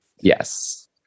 Yes